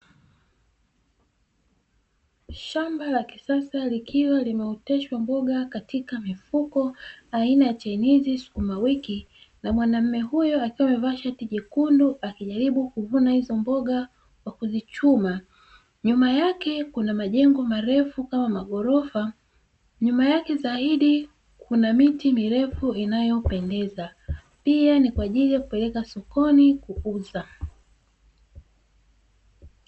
Shamba la kisasa likiwa limeoteshwa mboga katika mifuko, aina ya chainizi, sukuma wiki, na mwanaume huyu akiwa amevaa shati jekundu akijaribu kuvuna hizo mboga kwa kuzichuma. Nyuma yake kuna majengo marefu kama maghorofa, nyuma yake zaidi kuna miti mirefu inayopendeza, pia ni kwa ajili ya kupeleka sokoni kuuza.